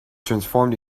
transformed